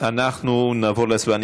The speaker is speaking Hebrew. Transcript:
אנחנו נבוא להצבעה.